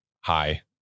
hi